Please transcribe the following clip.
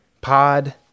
pod